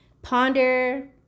ponder